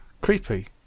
Creepy